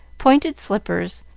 pointed slippers,